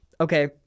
okay